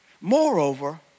Moreover